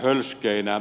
dem